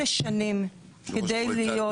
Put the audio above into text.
שנים כדי להיות --- יושב ראש המועצה,